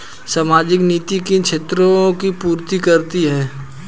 सामाजिक नीति किन क्षेत्रों की पूर्ति करती है?